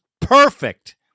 perfect